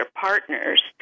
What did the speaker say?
partners